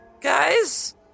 guys